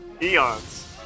eons